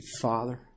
Father